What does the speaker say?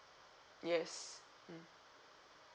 yes mm